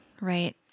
Right